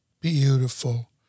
Beautiful